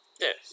yes